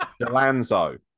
Delanzo